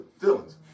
feelings